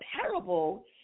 parable